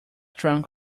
trunk